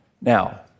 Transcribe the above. Now